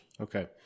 Okay